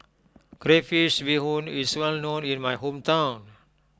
Crayfish BeeHoon is well known in my hometown